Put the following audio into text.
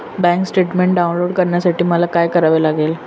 Bank statement download करण्यासाठी मला काय करावे लागेल?